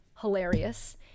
hilarious